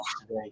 today